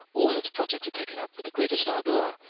all its projects are taken up with the greatest ardor,